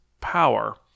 power